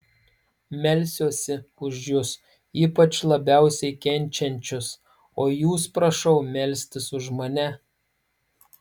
melsiuosi už jus ypač labiausiai kenčiančius o jūs prašau melstis už mane